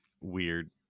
weird